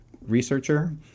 researcher